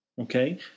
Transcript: Okay